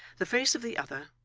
the face of the other,